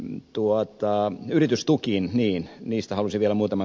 nyt tuottaa yritystukiin ei niistä olisi vielä ed